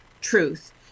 truth